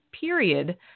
period